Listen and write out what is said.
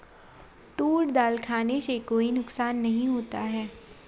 तूर दाल खाने से कोई नुकसान नहीं होता